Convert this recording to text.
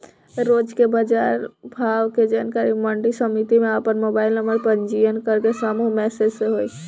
रोज के बाजार भाव के जानकारी मंडी समिति में आपन मोबाइल नंबर पंजीयन करके समूह मैसेज से होई?